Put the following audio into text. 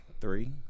Three